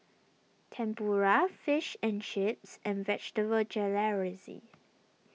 Tempura Fish and Chips and Vegetable Jalfrezi